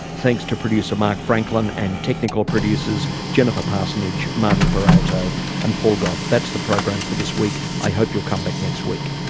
thanks to producer mark franklin and technical producers jennifer parsonage, martin peralta and paul gough. that's the program for this week, i hope you'll come back next week